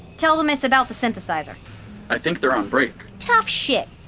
tell them it's about the synthesizer i think they're on break tough shit,